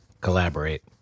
collaborate